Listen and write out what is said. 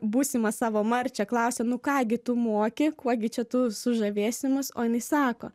būsimą savo marčią klausia nu ką gi tu moki kuo gi čia tu sužavėsi mus o jinai sako